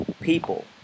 people